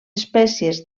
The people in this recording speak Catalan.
espècies